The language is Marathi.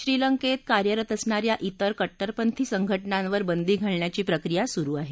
श्रीलंकेत कार्यरत असणाऱ्या इतर कट्टरपंथी संघटनांवर बंदी घालण्याची प्रक्रिया सुरु आहे